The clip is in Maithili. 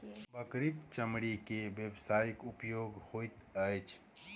बकरीक चमड़ी के व्यवसायिक उपयोग होइत अछि